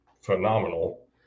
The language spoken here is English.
phenomenal